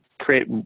create